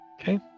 Okay